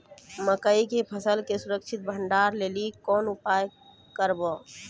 मकई के फसल के सुरक्षित भंडारण लेली कोंन उपाय करबै?